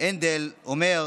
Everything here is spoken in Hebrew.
הנדל אומר,